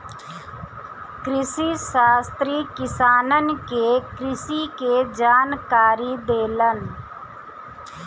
कृषिशास्त्री किसानन के कृषि के जानकारी देलन